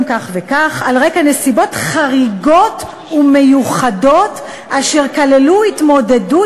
כך וכך על רקע נסיבות חריגות ומיוחדות אשר כללו התמודדות